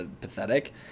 Pathetic